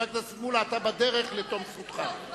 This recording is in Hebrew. חבר הכנסת מולה, אתה בדרך לתום זכותך.